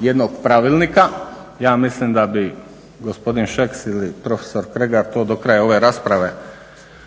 jednog Pravilnika? Ja mislim da bi gospodin Šeks ili profesor Kregar to do kraja ove rasprave